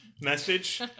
message